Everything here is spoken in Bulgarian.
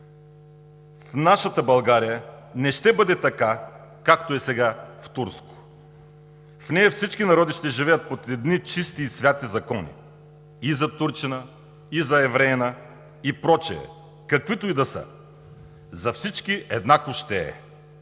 „В нашата България не ще бъде така, както е сега в Турско. В нея всички народи ще живеят под едни чисти и свети закони… и за турчина, и за евреина и прочие – каквито и да са, за всички еднакво ще е…